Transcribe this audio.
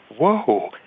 whoa